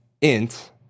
int